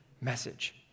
message